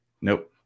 Nope